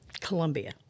Columbia